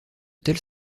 tels